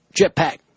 jetpack